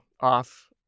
off